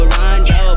Rondo